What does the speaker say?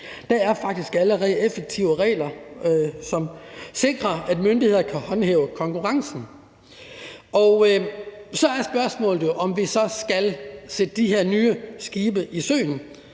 Der er faktisk allerede effektive regler, som sikrer, at myndigheder kan håndhæve konkurrencen, og så er spørgsmålet jo, om vi så skal sætte de her nye skibe i søen.